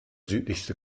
südlichste